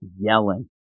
yelling